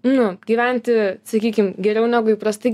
nu gyventi sakykim geriau negu įprastai